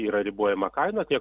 yra ribojama kaina tiek